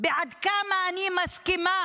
בכמה אני מסכימה